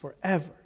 forever